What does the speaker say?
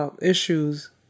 issues